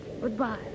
Goodbye